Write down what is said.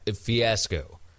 fiasco